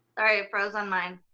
sorry, it froze on mine!